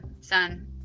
son